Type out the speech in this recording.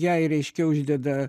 jai reiškia uždeda